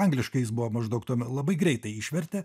angliškai jis buvo maždaug tuomet labai greitai išvertė